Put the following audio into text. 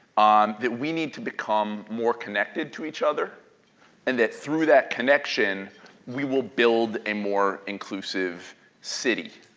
um that we need to become more connected to each other and that through that connection we will build a more inclusive city.